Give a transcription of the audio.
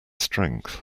strength